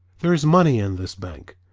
there is money in this bank.